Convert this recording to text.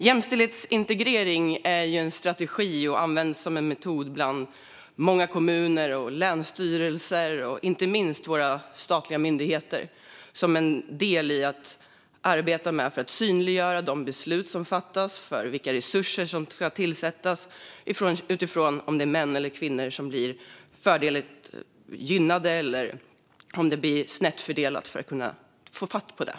Jämställdhetsintegrering är en strategi som används som metod i många kommuner, länsstyrelser och, inte minst, våra statliga myndigheter som en del i att arbeta för att synliggöra de beslut som fattas och vilka resurser som ska tillföras utifrån om det är män eller kvinnor som gynnas eller om det blir snedfördelning, för att snabbt kunna ta tag i det.